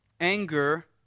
Anger